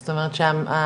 זאת אומרת שהנסיעות